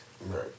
right